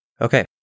Okay